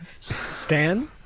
Stan